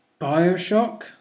Bioshock